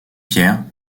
pierre